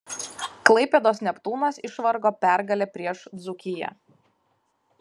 klaipėdos neptūnas išvargo pergalę prieš dzūkiją